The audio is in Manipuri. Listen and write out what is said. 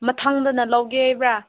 ꯃꯊꯪꯗꯅ ꯂꯧꯒꯦ ꯍꯥꯏꯕ꯭ꯔꯥ